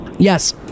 Yes